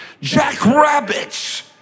Jackrabbits